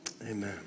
Amen